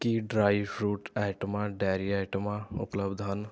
ਕੀ dry fruit ਆਈਟਮਾਂ dairy ਆਈਟਮਾਂ ਉਪਲਬਧ ਹਨ